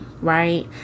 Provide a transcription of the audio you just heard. right